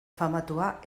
famatua